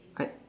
I